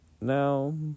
Now